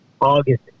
August